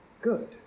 good